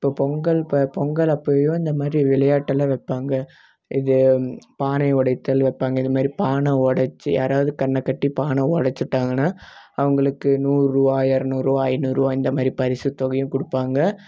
இப்போ பொங்கல் பொங்கலப்பவும் இந்த மாதிரி விளையாட்டெல்லாம் வைப்பாங்க இது பானை உடைத்தல் வைப்பாங்க இந்த மாதிரி பானை உடச்சு யாராவது கண்ணைக்கட்டி பானை உடச்சிட்டாங்கனா அவங்களுக்கு நூறு ரூபா இருநூறு ரூபா ஐந்நூறு ரூபா இந்த மாதிரி பரிசு தொகையும் கொடுப்பாங்க